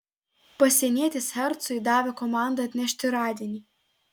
pasienietis hercui davė komandą atnešti radinį